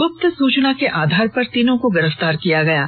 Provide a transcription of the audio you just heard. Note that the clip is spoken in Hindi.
गुप्त सूचना के आधार पर तीनों को गिरफ्तार किया है